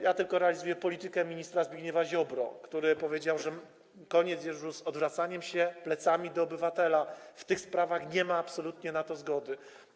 Ja tylko realizuję politykę ministra Zbigniewa Ziobry, który powiedział, że już koniec z odwracaniem się plecami do obywatela - w tych sprawach nie ma absolutnie na to zgody.